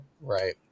Right